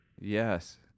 Yes